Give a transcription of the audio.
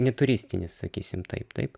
neturistinis sakysime taip taip